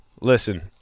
listen